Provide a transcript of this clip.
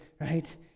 right